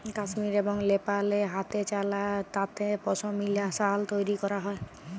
কাশ্মীর এবং লেপালে হাতেচালা তাঁতে পশমিলা সাল তৈরি ক্যরা হ্যয়